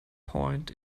point